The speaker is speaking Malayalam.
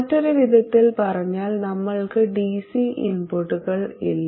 മറ്റൊരു വിധത്തിൽ പറഞ്ഞാൽ നമ്മൾക്ക് dc ഇൻപുട്ടുകൾ ഇല്ല